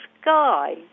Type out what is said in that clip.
sky